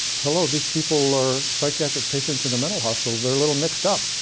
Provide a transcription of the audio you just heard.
hello, these people are psychiatric patients in a mental hospital they're a little mixed up.